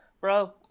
bro